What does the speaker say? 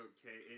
Okay